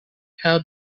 how